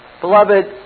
Beloved